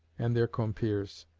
and their compeers.